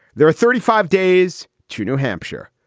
there are thirty five days to new hampshire.